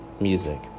music